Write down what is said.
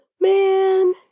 man